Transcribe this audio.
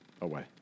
away